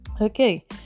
Okay